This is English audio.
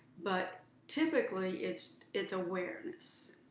but typically, it's it's awareness.